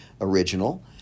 original